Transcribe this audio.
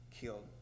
killed